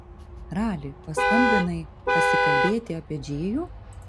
rali paskambinai pasikalbėti apie džėjų